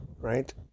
right